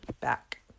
back